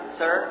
sir